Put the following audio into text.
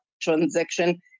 transaction